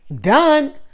done